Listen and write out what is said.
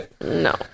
no